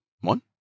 One